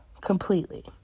Completely